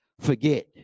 forget